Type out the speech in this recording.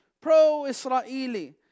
pro-Israeli